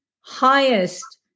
highest